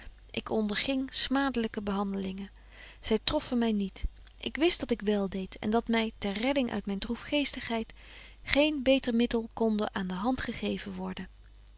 ik onderging smadelyke behandelingen zy troffen my niet ik wist dat ik wel deed en dat my ter redding uit myn droefgeestigheid geen beter middel konde aan de hand gegeven worden